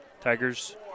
Tigers